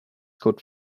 caught